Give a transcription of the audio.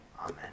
amen